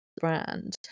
brand